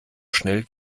schnell